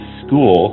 school